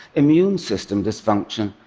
immune system dysfunction.